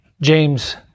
James